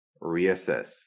reassess